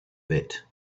bit